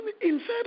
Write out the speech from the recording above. inside